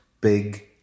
big